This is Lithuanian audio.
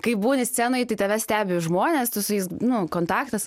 kai būni scenoj tai tave stebi žmonės tu su jais nu kontaktas